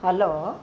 hello